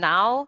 Now